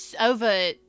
over